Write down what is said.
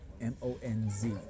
M-O-N-Z